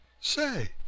Say